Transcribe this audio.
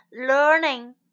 learning